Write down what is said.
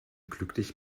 glücklich